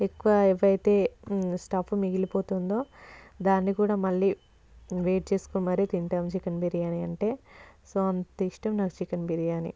ఎక్కువ ఏవైతే స్టఫ్ మిగిలిపోతుందో దాన్ని కూడా మళ్ళీ వేడి చేసుకొని మరి తింటాం చికెన్ బిర్యానీ అంటే సో అంత ఇష్టం నాకు చికెన్ బిర్యానీ